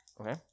Okay